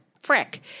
frick